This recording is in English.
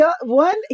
One